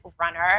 runner